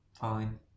Fine